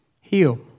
heal